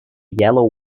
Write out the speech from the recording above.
yellow